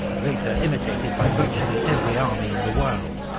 later imitated by virtually every army in the world.